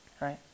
right